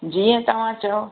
जीअं तव्हां चवो